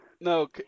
No